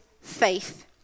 faith